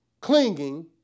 clinging